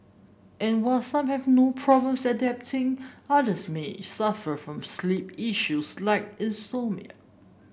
and while some have no problems adapting others may suffer from sleep issues like insomnia